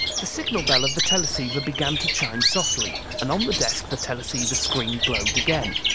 the signal bell of the teleceiver began to chime softly, and on the desk the teleceiver screen glowed again.